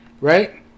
right